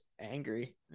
angry